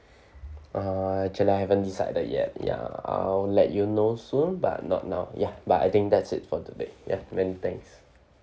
uh actually I haven't decided yet ya I'll let you know soon but not now ya but I think that's it for today ya many thanks